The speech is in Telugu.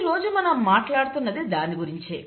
ఈ రోజు మనం మాట్లాడుతున్నది దాని గురించే